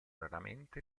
raramente